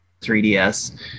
3DS